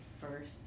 first